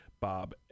Bob